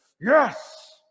yes